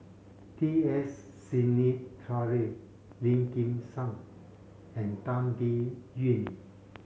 T S Sinnathuray Lim Kim San and Tan Biyun